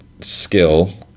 skill